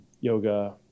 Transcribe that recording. yoga